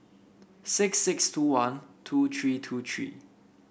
six six two one two three two three